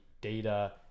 data